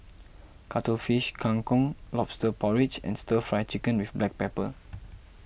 Cuttlefish Kang Kong Lobster Porridge and Stir Fry Chicken with Black Pepper